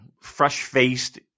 fresh-faced